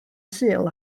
sul